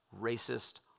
racist